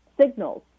signals